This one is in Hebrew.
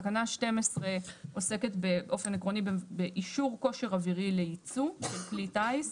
תקנה 12 עוסקת באופן עקרוני באישור כושר אווירי לייצוא כלי טיס.